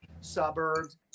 suburbs